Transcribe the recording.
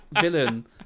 villain